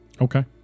Okay